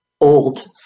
old